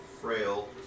frail